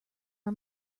are